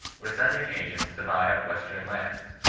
were sending agents to buy up western lands.